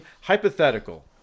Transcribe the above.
hypothetical